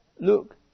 look